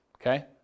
Okay